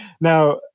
Now